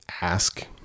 ask